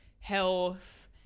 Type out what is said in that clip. health